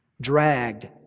dragged